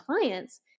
clients